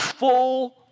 Full